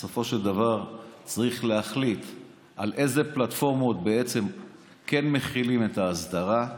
בסופו של דבר צריך להחליט על איזה פלטפורמות בעצם כן מחילים את ההסדרה.